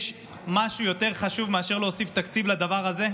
יש משהו יותר חשוב מאשר להוסיף תקציב לדבר הזה?